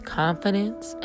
confidence